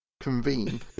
convene